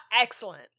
excellent